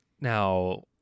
Now